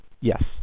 yes